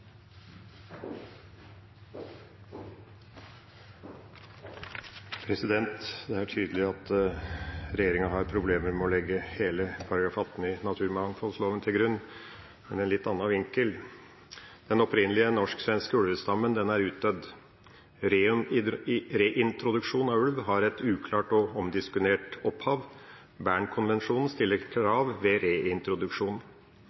Det er tydelig at regjeringa har problemer med å legge hele § 18 i naturmangfoldloven til grunn. Men en litt annen vinkel: Den opprinnelige norsk-svenske ulvestammen er utdødd. Reintroduksjon av ulv har et uklart og omdiskutert opphav. Bern-konvensjonen stiller